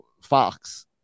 Fox